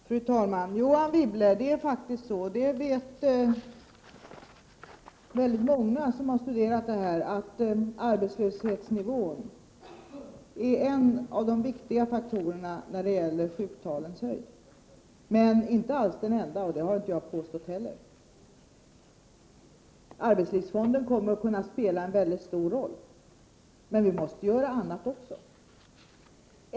Fru talman! Jo, Anne Wibble, det är faktiskt precis så som väldigt många som har studerat denna fråga vet, nämligen att arbetslöshetsnivån är en av de viktiga faktorer som påverkar sjuktalet. Men det är inte alls den enda, och det har jag inte heller påstått. Arbetslivsfonden kommer att kunna spela en mycket stor roll i detta sammanhang, men vi måste även vidta andra åtgärder.